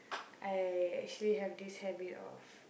I actually have this habit of